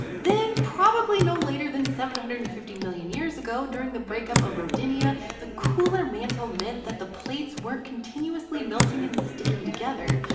then, probably no later than seven hundred and fifty million years ago, during the breakup of rodinia, the cooler mantle meant that the plates weren't continuously melting and sticking together.